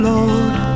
Lord